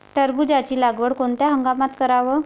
टरबूजाची लागवड कोनत्या हंगामात कराव?